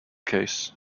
case